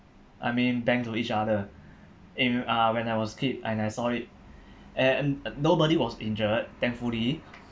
I mean bang into to each other in uh when I was a kid and I saw it and nobody was injured thankfully